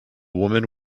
woman